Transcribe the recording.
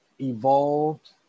evolved